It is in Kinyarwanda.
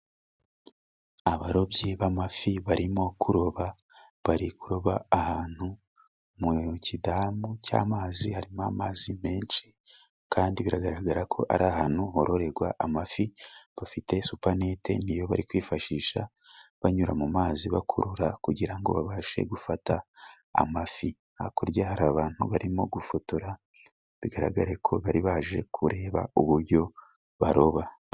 Abarobyi b'amafi barimo kuroba, bari kuroba ahantu mu kidamu cy'amazi, harimo amazi menshi kandi biragaragara ko ari ahantu hororerwa amafi, bafite supanete, niyo bari kwifashisha banyura mu mazi bakurura, kugirango ngo babashe gufata amafi, hakurya hari abantu barimo gufotora, bigaragare ko bari baje kureba uburyo baroba.